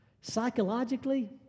Psychologically